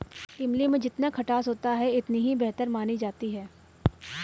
इमली में जितना खटास होता है इतनी ही बेहतर मानी जाती है